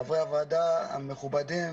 חברי הוועדה המכובדים,